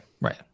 Right